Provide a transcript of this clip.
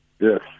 Yes